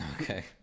okay